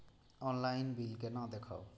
Online bill केना देखब?